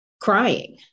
crying